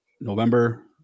November